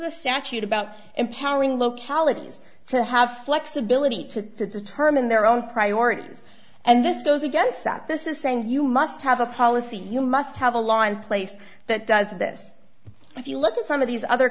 a statute about empowering localities to have flexibility to determine their own priorities and this goes against that this is saying you must have a policy you must have a law in place that does this if you look at some of these other